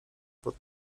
pod